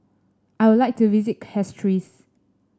I would like to visit Castries